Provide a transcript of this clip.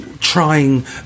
trying